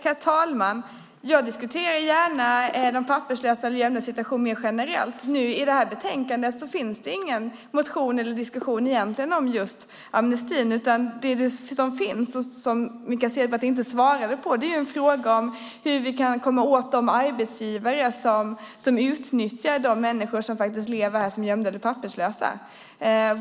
Herr talman! Jag diskuterar gärna de papperslösas eller gömdas situation mer generellt. I detta betänkande behandlas ingen motion om just amnestin. Det som finns är en fråga, som Mikael Cederbratt inte svarade på, hur vi kan komma åt de arbetsgivare som utnyttjar de människor som lever här som gömda eller papperslösa.